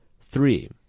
Three